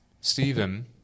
Stephen